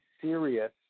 serious